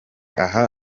aha